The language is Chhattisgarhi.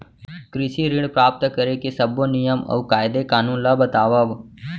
कृषि ऋण प्राप्त करेके सब्बो नियम अऊ कायदे कानून ला बतावव?